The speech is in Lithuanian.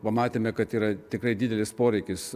pamatėme kad yra tikrai didelis poreikis